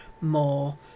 more